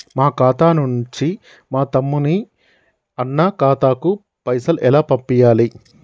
మా ఖాతా నుంచి మా తమ్ముని, అన్న ఖాతాకు పైసలను ఎలా పంపియ్యాలి?